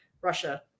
Russia